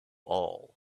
all